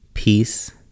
peace